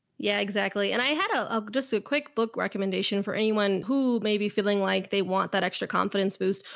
yeah, exactly. and i had a, i'll just a so quick book recommendation for anyone who may be feeling like they want that extra confidence boost.